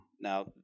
Now